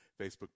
Facebook